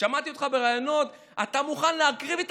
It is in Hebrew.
שמעתי אותך בראיונות אתה מוכן להקריב את